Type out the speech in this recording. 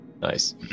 nice